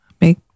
make